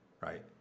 Right